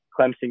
Clemson